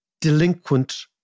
delinquent